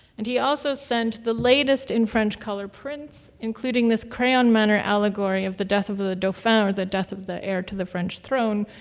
and he also sent the latest in french colored prints, including this crayon manor allegory of the death of the dauphin, or the death of the heir to the french throne,